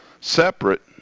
separate